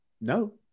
No